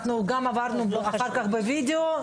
עברנו אחר כך על הווידאו וראינו.